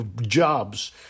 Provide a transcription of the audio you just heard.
jobs